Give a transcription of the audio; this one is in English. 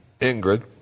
Ingrid